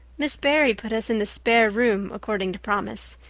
miss barry put us in the spare room, according to promise.